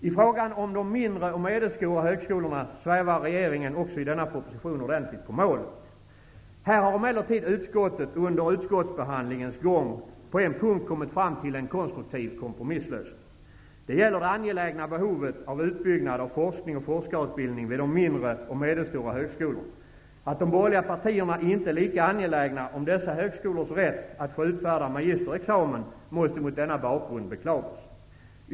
I frågan om de mindre och medelstora högskolorna svävar regeringen också i denna proposition ordentligt på målet. Här har emellertid utskottet under utskottsbehandlingens gång på en punkt kommit fram till en konstruktiv kompromisslösning. Det gäller det angelägna behovet av utbyggnad av forskning och forskarutbildning vid de mindre och medelstora högskolorna. Att de borgerliga partierna inte är lika angelägna om dessa högskolors rätt att få utfärda magisterexamen måste mot denna bakgrund beklagas.